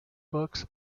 books